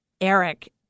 Eric